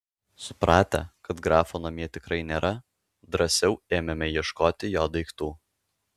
supratę kad grafo namie tikrai nėra drąsiau ėmėme ieškoti jo daiktų